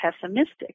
pessimistic